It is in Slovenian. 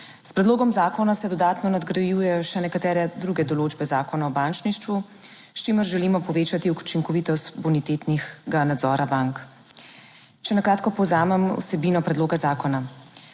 S predlogom zakona se dodatno nadgrajujejo še nekatere druge določbe Zakona o bančništvu, s čimer želimo povečati učinkovitost bonitetnega nadzora bank. Če na kratko povzamem vsebino predloga zakona.